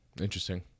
interesting